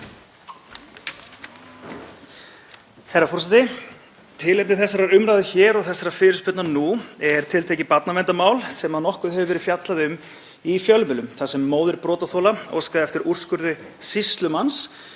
Herra forseti. Tilefni þessarar umræðu hér og þessarar fyrirspurnar nú er tiltekið barnaverndarmál sem nokkuð hefur verið fjallað um í fjölmiðlum þar sem móðir brotaþola óskaði eftir úrskurði sýslumanns